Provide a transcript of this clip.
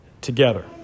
together